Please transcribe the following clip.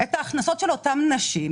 את ההכנסות של אותן נשים,